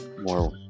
more